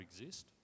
exist